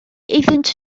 iddynt